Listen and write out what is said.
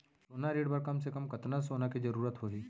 सोना ऋण बर कम से कम कतना सोना के जरूरत होही??